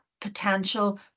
potential